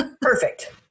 Perfect